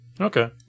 Okay